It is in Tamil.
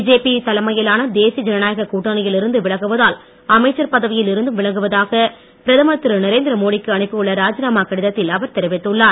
பிஜேபி தலைமையிலான தேசிய ஜனநாயக கூட்டணியில் இருந்து விலகுவதால் அமைச்சர் பதவியில் இருந்தும் விலகுவதாக பிரதமர் திரு நரேந்திரமோடிக்கு அனுப்பி உள்ள ராஜினாமா கடிதத்தில் அவர் தெரிவித்துள்ளார்